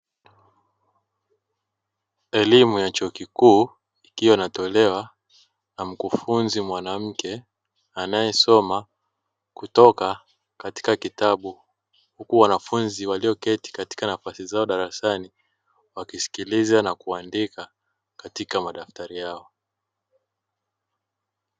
Elimu ya chuo kikuu, ikiwa inatolewa na mkufunzi mwanamke, anayesoma kutoka katika kitabu. Huku wanafunzi walioketi katika nafasi zao darasani. Wakisikiliza na kuandika katika madaftari yao.